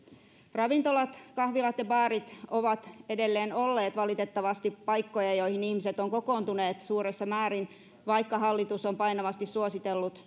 ravintolat kahvilat ja baarit ovat edelleen olleet valitettavasti paikkoja joihin ihmiset ovat kokoontuneet suuressa määrin vaikka hallitus on painavasti suositellut